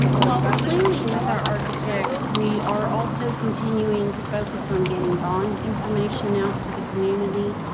while we're planning with our architects, we are also continuing to focus on getting bond information out to the community.